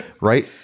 right